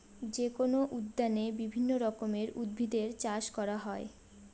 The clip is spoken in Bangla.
যেকোনো উদ্যানে বিভিন্ন রকমের উদ্ভিদের চাষ করা হয়